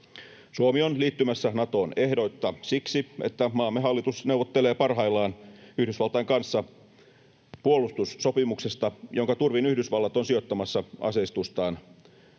Suomi on liittymässä Natoon ehdoitta siksi, että maamme hallitus neuvottelee parhaillaan Yhdysvaltain kanssa puolustussopimuksesta, jonka turvin Yhdysvallat on sijoittamassa aseistustaan,